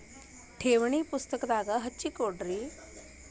ಠೇವಣಿ ಪುಸ್ತಕದಾಗ ಹಚ್ಚಿ ಕೊಡ್ರಿ